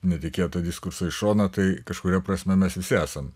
netikėtą diskursą į šoną tai kažkuria prasme mes visi esam